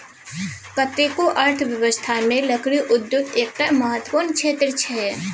कतेको अर्थव्यवस्थामे लकड़ी उद्योग एकटा महत्वपूर्ण क्षेत्र छै